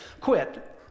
quit